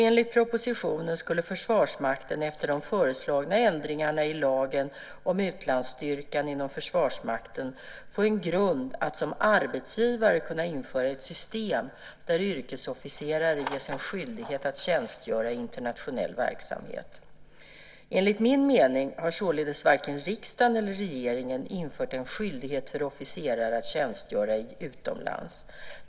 Enligt propositionen skulle Försvarsmakten efter de föreslagna ändringarna i lagen om utlandsstyrkan inom Försvarsmakten få en grund för att som arbetsgivare kunna införa ett system där yrkesofficerare ges en skyldighet att tjänstgöra i internationell verksamhet. Enligt min mening har således varken riksdagen eller regeringen infört en skyldighet för officerare att tjänstgöra utomlands.